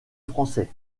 français